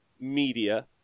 media